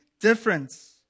difference